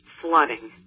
flooding